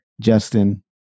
Justin